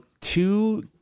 two